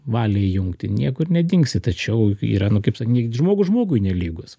valią įjungti niekur nedingsi tačiau yra nu kaip sakyt žmogus žmogui nelygus